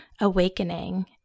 awakening